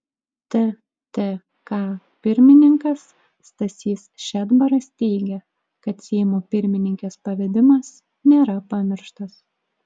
ttk pirmininkas stasys šedbaras teigė kad seimo pirmininkės pavedimas nėra pamirštas